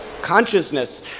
consciousness